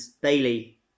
Bailey